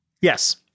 Yes